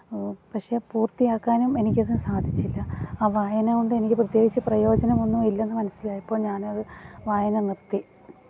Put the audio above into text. പക്ഷെ പൂര്ത്തിയാക്കാനും എനിക്കതിന് സാധിച്ചില്ല ആ വായനകൊണ്ട് എനിക്ക് പ്രത്യേകിച്ച് പ്രയോജനമൊന്നും ഇല്ലെന്ന് മനസ്സിലായപ്പോൾ ഞാനത് വായന നിര്ത്തി